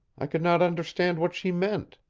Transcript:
i could not understand what she meant,